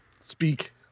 Speak